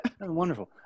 Wonderful